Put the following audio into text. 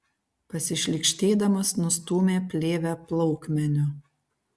pasišlykštėdamas nustūmė plėvę plaukmeniu